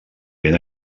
ben